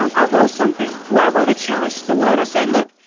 um i wrote something while wrote a challenge to the world. i said, look,